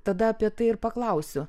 tada apie tai ir paklausiu